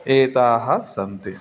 एताः सन्ति